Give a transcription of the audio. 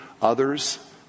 Others